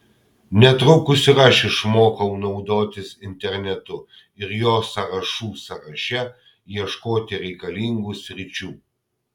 netrukus ir aš išmokau naudotis internetu ir jo sąrašų sąraše ieškoti reikalingų sričių